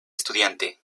estudiante